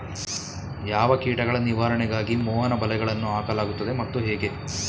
ಯಾವ ಕೀಟಗಳ ನಿವಾರಣೆಗಾಗಿ ಮೋಹನ ಬಲೆಗಳನ್ನು ಹಾಕಲಾಗುತ್ತದೆ ಮತ್ತು ಹೇಗೆ?